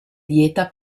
dieta